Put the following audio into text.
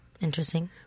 Interesting